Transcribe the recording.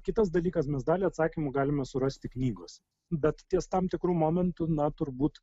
kitas dalykas mes dalį atsakymų galime surasti knygose bet ties tam tikru momentu na turbūt